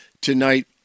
tonight